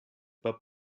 pas